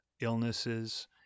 illnesses